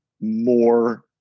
more